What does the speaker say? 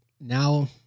now